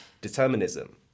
determinism